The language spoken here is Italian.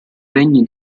regni